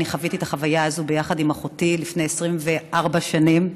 אני חוויתי את החוויה הזאת ביחד עם אחותי לפני 24 שנים.